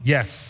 Yes